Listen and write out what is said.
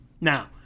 now